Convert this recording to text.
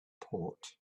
port